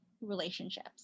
relationships